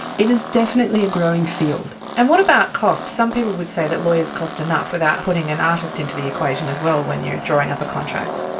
it is definitely a growing field. and what about cost? some people would say that lawyers cost enough without putting an artist into the equation as well when you are drawing up a contract.